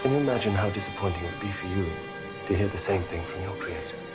imagine how disappointing to hear the same thing from your creator?